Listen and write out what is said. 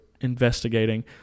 investigating